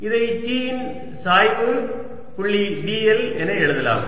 இதை T இன் சாய்வு புள்ளி dl என எழுதலாம்